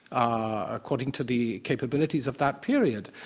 ah according to the capabilities of that period.